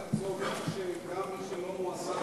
זה אומר שגם מי שלא מועסק